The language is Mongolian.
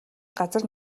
газар